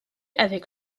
avec